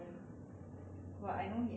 but I know he acts in singapore dramas